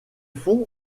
fond